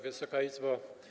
Wysoka Izbo!